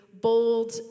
bold